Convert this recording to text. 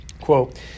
Quote